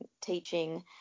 teaching